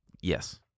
Yes